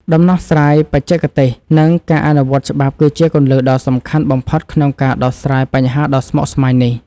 ដំណោះស្រាយបច្ចេកទេស និងការអនុវត្តច្បាប់គឺជាគន្លឹះដ៏សំខាន់បំផុតក្នុងការដោះស្រាយបញ្ហាដ៏ស្មុគស្មាញនេះ។